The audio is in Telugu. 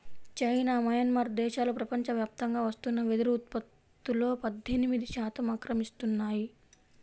చైనా, మయన్మార్ దేశాలు ప్రపంచవ్యాప్తంగా వస్తున్న వెదురు ఉత్పత్తులో పద్దెనిమిది శాతం ఆక్రమిస్తున్నాయి